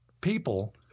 people